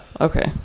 Okay